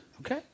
Okay